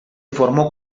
formó